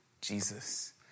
Jesus